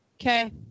Okay